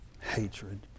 Hatred